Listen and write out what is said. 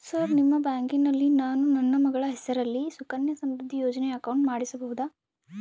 Sir ನಿಮ್ಮ ಬ್ಯಾಂಕಿನಲ್ಲಿ ನಾನು ನನ್ನ ಮಗಳ ಹೆಸರಲ್ಲಿ ಸುಕನ್ಯಾ ಸಮೃದ್ಧಿ ಯೋಜನೆ ಅಕೌಂಟ್ ಮಾಡಿಸಬಹುದಾ?